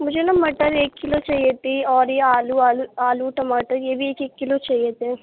مجھے نا مٹر ایک کلو چاہیے تھی اور یہ آلو آلو آلو ٹماٹر یہ بھی ایک ایک کلو چاہیے تھے